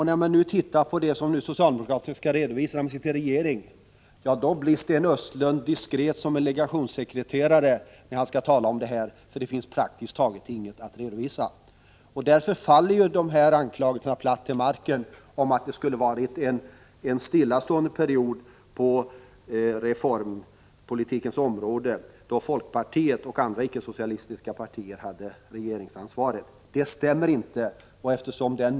När man nu ser på vad socialdemokraterna redovisar när de sitter i regeringsställning, blir Sten Östlund diskret som en legationssekreterare: det finns praktiskt taget ingenting att redovisa. Därför faller anklagelserna om att det skulle ha stått stilla på reformpolitikens område då folkpartiet och andra icke-socialistiska partier hade regeringsansvaret platt till marken. Dessa anklagelser är felaktiga.